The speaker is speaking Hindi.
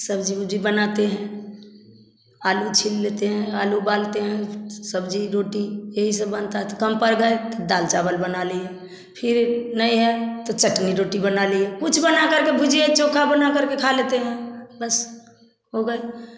सब्जी वबजी बनाते हैं आलू छील लेते हैं आलू उबालते हैं या सब्जी रोटी यही सब बनता है कम पड़ गए दाल चावल बना लिए फिर नहीं है तो चटनी रोटी बना लिए कुछ बनाकर भुजिया चोखा बना कर खा लेते हैं बस हो गया